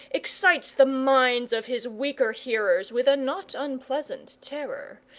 excites the minds of his weaker hearers with a not unpleasant terror,